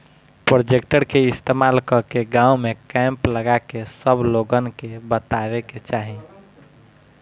projector के इस्तेमाल कके गाँव में कैंप लगा के सब लोगन के बतावे के चाहीं